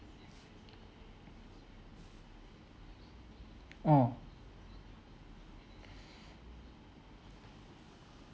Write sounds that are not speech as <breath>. oh <breath>